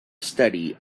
study